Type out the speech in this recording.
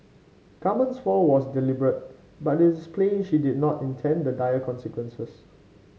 Carmen's fall was deliberate but it is plain she did not intend the dire consequences